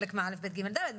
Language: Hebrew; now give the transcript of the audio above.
לצורך העניין, בית החולים.